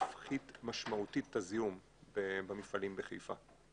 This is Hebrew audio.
יפחית משמעותית את הזיהום במפעלים בחיפה.